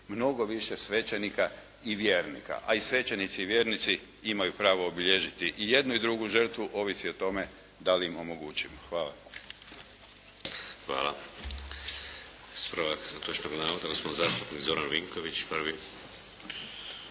mnogo više svećenika i vjernika. A i svećenici i vjernici imaju pravo obilježiti i jednu i drugu žrtvu, ovisi o tome da li im omogućimo. Hvala. **Šeks, Vladimir (HDZ)** Hvala. Ispravak netočnog navoda, gospodin zastupnik Zoran Vinković prvi.